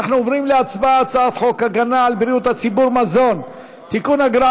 אנחנו עוברים להצבעה על הצעת חוק הגנה על בריאות הציבור (מזון) (תיקון,